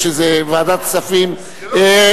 (תיקוני חקיקה),